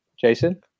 Jason